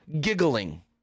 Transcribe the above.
giggling